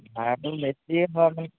ভাড়াটো বেছিয়ে হয়